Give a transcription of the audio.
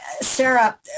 Sarah